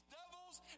devils